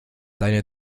deine